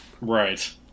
right